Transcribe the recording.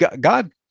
God